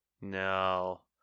No